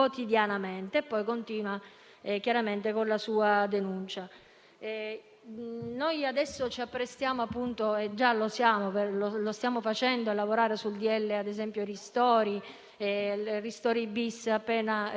non si dovrebbe intendere solo quello dal punto di vista economico, che chiaramente ha un suo significato, in quanto parliamo anche del benessere generale delle persone e, in questo caso, anche di nuclei familiari,